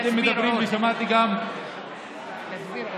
אתם מדברים, ושמעתי גם, תסביר עוד,